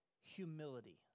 humility